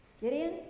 Gideon